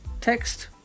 Text